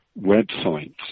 websites